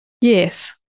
Yes